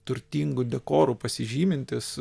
turtingu dekoru pasižymintis